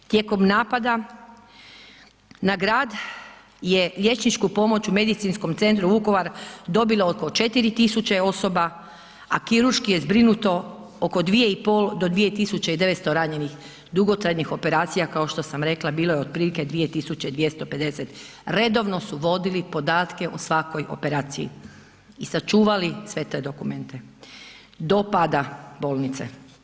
Tijekom napada na grad je liječničku pomoć u Medicinskom centru Vukovar dobilo oko 4000 osoba, a kirurški je zbrinuto oko 2500 do 2900 ranjenih, dugotrajnih operacija, kao što sam rekla, bilo je otprilike 2250, redovno su vodili podatke o svakoj operaciji i sačuvali sve te dokumente do pada bolnice.